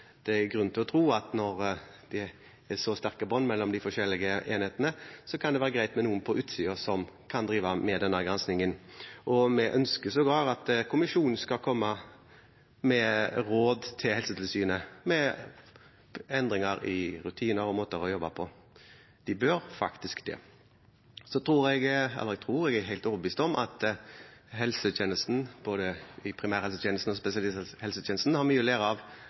det er grunn til å tro at når det er så sterke bånd mellom de forskjellige enhetene, kan det være greit med noen på utsiden som kan drive med denne granskingen. Vi ønsker sågar at kommisjonen skal komme med råd til Helsetilsynet, med forslag til endringer av rutiner og måter å jobbe på. De bør faktisk gjøre det. Jeg er helt overbevist om at helsetjenesten, både primærhelsetjenesten og spesialisthelsetjenesten, har mye å lære av